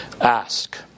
Ask